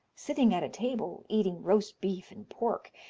sitting at a table, eating roast beef and pork,